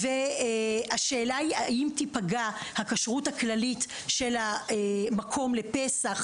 השאלה היא האם תיפגע הכשרות הכללית של המקום לפסח,